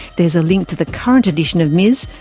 there's a link to the current edition of ms,